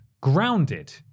Grounded